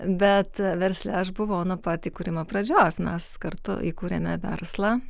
bet versle aš buvau nuo pat įkūrimo pradžios mes kartu įkūrėme verslą